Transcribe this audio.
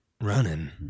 running